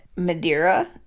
Madeira